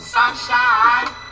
Sunshine